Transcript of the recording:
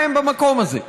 מה הם במקום הזה?